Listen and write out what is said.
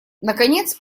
наконец